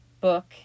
book